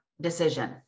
decision